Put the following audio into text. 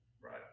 right